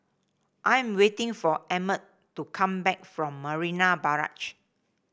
I am waiting for Emmet to come back from Marina Barrage